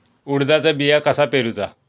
उडदाचा बिया कसा पेरूचा?